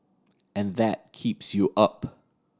and that keeps you up